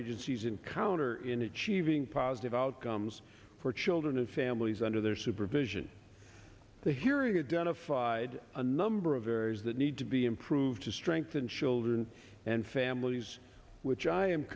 agencies encounter in achieving positive outcomes for children and families under their supervision the hearing a den of fide a number of areas that need to be improved to strengthen children and families which i am